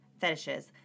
fetishes